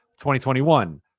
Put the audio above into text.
2021